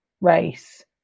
race